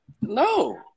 No